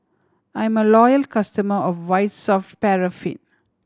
I'm a loyal customer of White Soft Paraffin